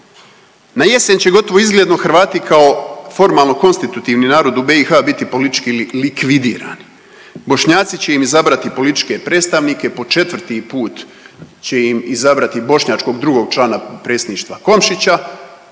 Na jesen će gotovo izgledno Hrvati kao formalni konstitutivni narod u BiH biti politički likvidirani. Bošnjaci će im izabrati političke predstavnike po 4 put će im izabrati bošnjačkog drugog člana predsjedništva Komšića,